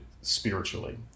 spiritually